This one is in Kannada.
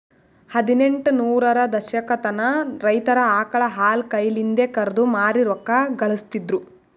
ಹದಿನೆಂಟ ನೂರರ ದಶಕತನ ರೈತರ್ ಆಕಳ್ ಹಾಲ್ ಕೈಲಿಂದೆ ಕರ್ದು ಮಾರಿ ರೊಕ್ಕಾ ಘಳಸ್ತಿದ್ರು